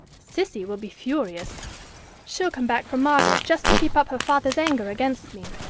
cissy will be furious she'll come back from margate just to keep up her father's anger against me.